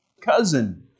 cousin